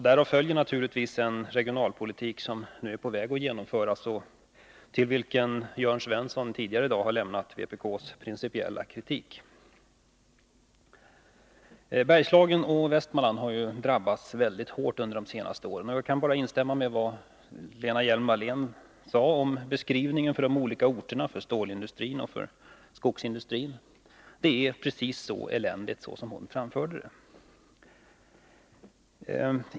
Därav följer en regionalpolitik, som nu är på väg att genomföras, mot vilken Jörn Svensson tidigare i dag har framfört vpk:s principiella kritik. Bergslagen och Västmanland har drabbats mycket hårt under de senaste åren. Jag kan bara instämma i den beskrivning som Lena Hjelm-Wallén gjorde för de olika orterna, för stålindustrin och för skogsindustrin. Det är precis så eländigt som hon beskrev det.